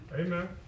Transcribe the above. Amen